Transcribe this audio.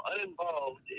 uninvolved